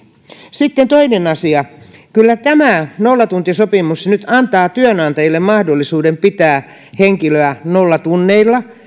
sitten toinen asia kyllä tämä nollatuntisopimus nyt antaa työnantajille mahdollisuuden pitää henkilöä nollatunneilla